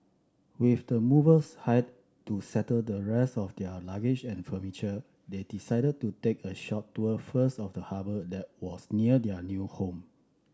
with the movers hired to settle the rest of their luggage and furniture they decided to take a short tour first of the harbour that was near their new home